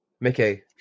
Mickey